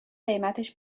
قیمتش